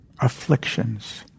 afflictions